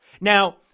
Now